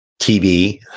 TV